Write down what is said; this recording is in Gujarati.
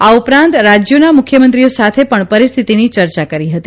આ ઉપરાંત રાજયોના મુખ્યમંત્રીઓ સાથે પણ પરિસ્થિતિની ચર્ચા કરી હતી